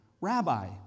Rabbi